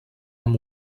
amb